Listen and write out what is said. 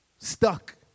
stuck